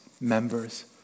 members